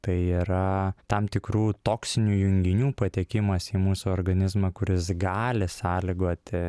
tai yra tam tikrų toksinių junginių patekimas į mūsų organizmą kuris gali sąlygoti